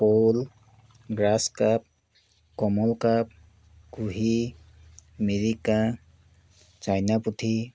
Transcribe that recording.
শ'ল grass carp common carp কুহি মিৰিকা চাইনা পুঠি